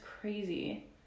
crazy